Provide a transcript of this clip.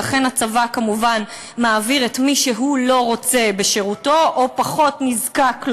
ולכן הצבא כמובן מעביר את מי שהוא לא רוצה בשירותו או פחות נזקק לו,